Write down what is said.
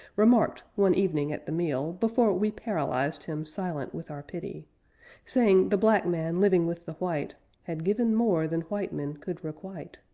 remarked, one evening at the meal, before we paralyzed him silent with our pity saying the black man living with the white had given more than white men could requite.